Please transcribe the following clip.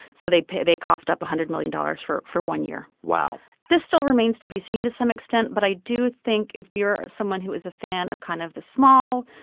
so they paid they coughed up a hundred million dollars for for one year wow this still remains to be seen to some extent, but i do think if you're someone who is a fan of kind of the small,